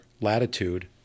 latitude